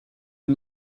est